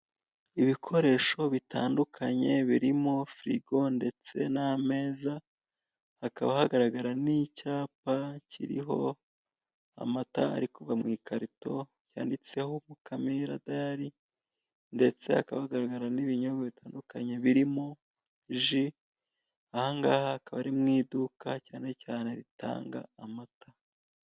Ibikoresho bitandukanye birimo furigo ndetse n'ameza. Hakaba hagaragara n'icyapa kiriho amata ari kuva mw'ikarito yanditseho Mukamira dayari, ndetse hakaba hagaragara n'ibinyobwa bitandukanye birimo ji. Ahangaha akaba ari mw'iduka cyane cyane ritanga amata.